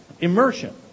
immersion